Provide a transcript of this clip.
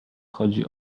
chodzi